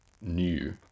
new